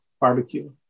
barbecue